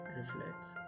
reflects